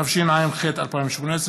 התשע"ח 2018,